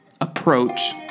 approach